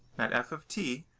that f of t,